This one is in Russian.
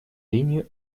линию